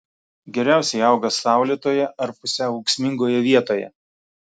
geriausiai auga saulėtoje ar pusiau ūksmingoje vietoje